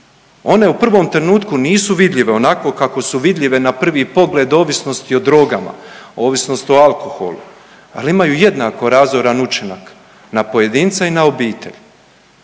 One u prvom trenutku nisu vidljive onako kako su vidljive na prvi pogled ovisnosti o drogama, ovisnost o alkoholu, ali imaju jednako razoran učinak na pojedinca i na obitelj.